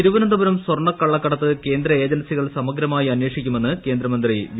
തിരുവനന്തപുരം സ്വർണ കള്ളക്കടത്ത് കേന്ദ്ര ഏജൻസികൾ സമഗ്രമായി അന്വേഷിക്കുമെന്ന് കേന്ദ്രമന്ത്രി വി